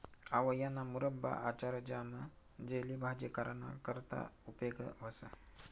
आवयाना मुरब्बा, आचार, ज्याम, जेली, भाजी कराना करता उपेग व्हस